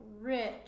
rich